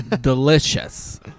Delicious